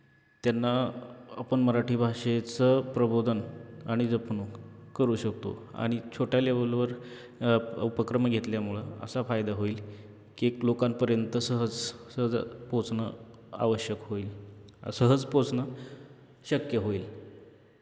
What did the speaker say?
त्यांना आपण मराठी भाषेचं प्रबोधन आणि जपणूक करू शकतो आणि छोट्या लेवलवर उपक्रम घेतल्यामुळं असा फायदा होईल की एक लोकांपर्यंत सहज सहज पोचणं आवश्यक होईल सहज पोचणं शक्य होईल